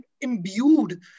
imbued